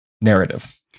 narrative